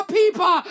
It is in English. people